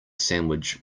sandwich